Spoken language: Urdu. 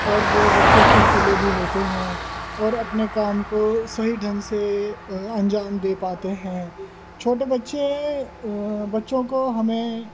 اور وہ بچے پھرتیلے بھی ہوتے ہیں اور اپنے کام کو صحیح ڈھنگ سے انجام دے پاتے ہیں چھوٹے بچے بچوں کو ہمیں